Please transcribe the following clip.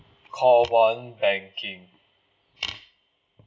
call one banking